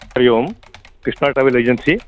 Hari Om Krishna travel agency